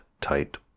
tight